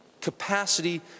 capacity